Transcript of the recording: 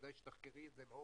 כדאי שתחקרי את זה לעומק,